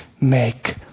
make